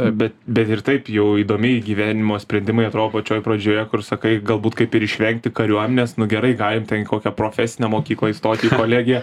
bet bet ir taip jau įdomiai gyvenimo sprendimai atrodo pačioj pradžioje kur sakai galbūt kaip ir išvengti kariuomenės nu gerai galim ten į kokią profesinę mokyklą įstoti į kolegiją